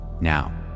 Now